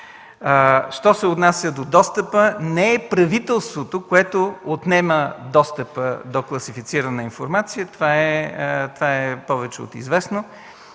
Що се отнася до достъпа – не е правителството, което отнема достъпа до класифицирана информация. Това е повече от известно.